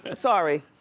ah sorry.